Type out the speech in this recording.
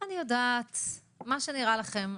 מה שנראה לכם.